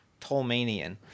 Tolmanian